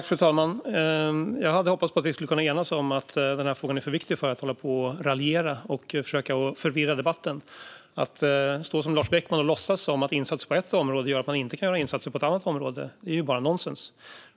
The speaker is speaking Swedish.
Fru talman! Jag hade hoppats att vi skulle kunna enas om att frågan är för viktig för att hålla på och raljera och försöka förvirra debatten. Att stå här som Lars Beckman och låtsas att insatser på ett område gör att man inte kan göra insatser på ett annat område är bara nonsens.